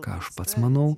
ką aš pats manau